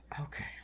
Okay